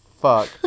fuck